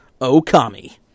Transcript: Okami